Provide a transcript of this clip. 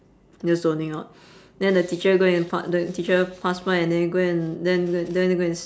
just zoning out then the teacher go and pa~ the teacher passed by and then go and then g~ then go and